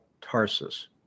Tarsus